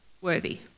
worthy